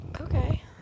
Okay